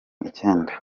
icyenda